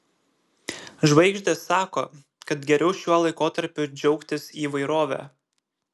žvaigždės sako kad geriau šiuo laikotarpiu džiaugtis įvairove